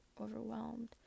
overwhelmed